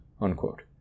Unquote